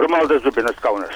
romaldui zubinas kaunas